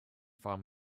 found